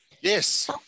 Yes